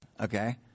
okay